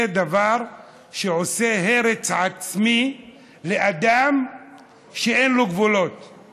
זה דבר שעושה הרס עצמי שאין לו גבולות לאדם.